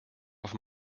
auf